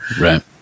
Right